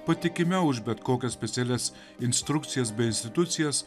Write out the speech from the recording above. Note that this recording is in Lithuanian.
patikimiau už bet kokias specialias instrukcijas bei institucijas